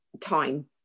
time